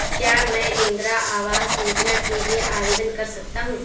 क्या मैं इंदिरा आवास योजना के लिए आवेदन कर सकता हूँ?